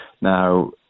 Now